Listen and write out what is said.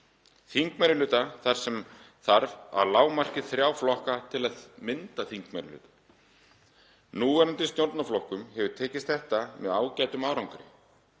og þar sem þarf að lágmarki þrjá flokka til að mynda þingmeirihluta. Núverandi stjórnarflokkum hefur tekist þetta með ágætum árangri.